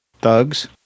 thugs